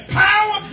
power